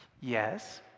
Yes